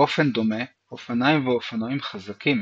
באופן דומה, אופניים ואופנועים חזקים